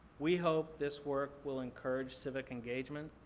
we hope this work will encourage civic engagement.